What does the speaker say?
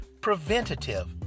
Preventative